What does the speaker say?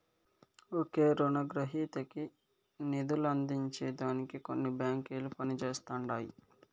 ఒకే రునగ్రహీతకి నిదులందించే దానికి కొన్ని బాంకిలు పనిజేస్తండాయి